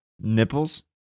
Nipples